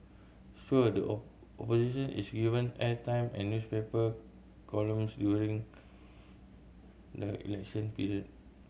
sure the opposition is given airtime and newspaper columns during the election period